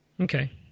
Okay